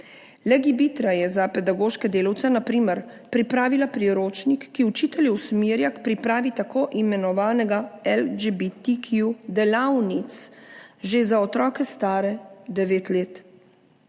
Legebitra je za pedagoške delavce na primer pripravila priročnik, ki učitelje usmerja k pripravi tako imenovanih LGBTQ delavnic že za otroke, stare devet let,